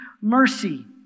Mercy